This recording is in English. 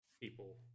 People